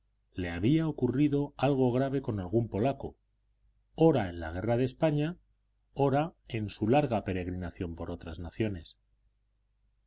le había ocurrido algo grave con algún polaco ora en la guerra de españa ora en su larga peregrinación por otras naciones